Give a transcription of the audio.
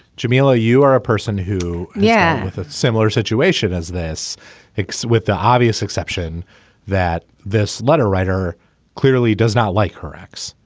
jamila you are a person who yeah with a similar situation as this ex with the obvious exception that this letter writer clearly does not like her ex.